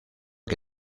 que